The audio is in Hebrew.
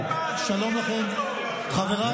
אני רק רוצה